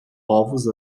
ovos